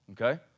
Okay